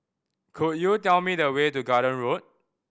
could you tell me the way to Garden Road